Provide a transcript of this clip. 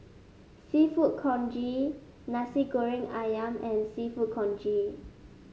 seafood congee Nasi Goreng ayam and seafood congee